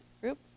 group